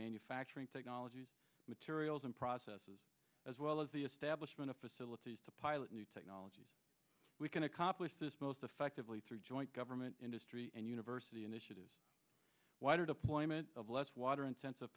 manufacturing technologies materials and processes as well as the establishment of facilities to pilot new technologies we can accomplish this most effectively through joint government industry and university initiatives wider deployment of less water and sense of